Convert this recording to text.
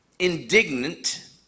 indignant